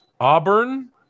Auburn